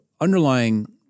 underlying